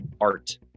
art